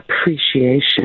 appreciation